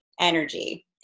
energy